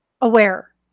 Aware